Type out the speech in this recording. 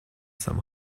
some